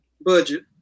budget